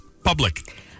public